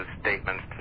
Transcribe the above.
statements